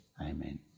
Amen